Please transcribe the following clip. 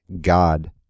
God